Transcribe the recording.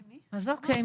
אוקיי.